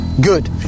good